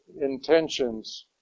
intentions